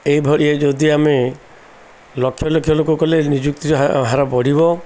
ଏଇଭଳିଆ ଯଦି ଆମେ ଲକ୍ଷ ଲକ୍ଷ ଲୋକ କଲେ ନିଯୁକ୍ତି ହାର ବଢ଼ିବ